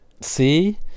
See